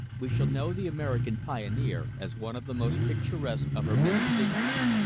we shall know the american pioneer as one of the most picturesque of her many figures.